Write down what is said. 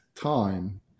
time